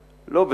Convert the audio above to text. לא,